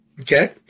okay